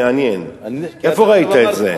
מעניין, איפה ראית את זה?